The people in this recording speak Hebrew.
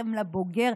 בהתאם לבוגר,